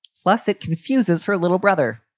plus, it confuses her a little brother.